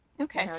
Okay